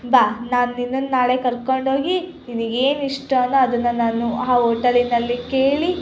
ಬಾ ನಾನು ನಿನ್ನನ್ನು ನಾಳೆ ಕರ್ಕೊಂಡ್ಹೋಗಿ ನಿನಗ್ ಏನು ಇಷ್ಟವೋ ಅದನ್ನ ನಾನು ಆ ಹೋಟಲಿನಲ್ಲಿ ಕೇಳಿ